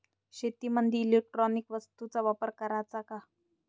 शेतीमंदी इलेक्ट्रॉनिक वस्तूचा वापर कराचा का?